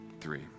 three